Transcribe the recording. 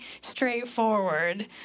straightforward